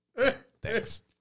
Thanks